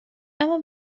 اما